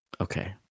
Okay